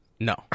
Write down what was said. No